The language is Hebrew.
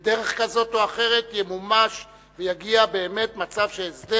ימומש בדרך כזאת או אחרת ויגיע באמת מצב שהסדר